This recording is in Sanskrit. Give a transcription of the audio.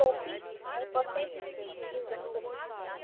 कोपि न पर्सेट् धनं कोपि न अस्ति